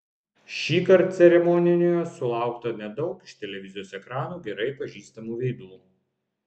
šįkart ceremonijoje sulaukta nedaug iš televizijos ekranų gerai pažįstamų veidų